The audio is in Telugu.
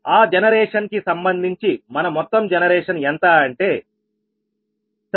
ఆ జనరేషన్ కి సంబంధించి మన మొత్తం జనరేషన్ ఎంత అంటే i1mPgiPLi1nPLi